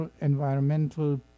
environmental